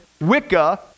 Wicca